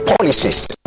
policies